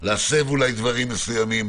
להסב אולי דברים מסוימים.